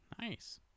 Nice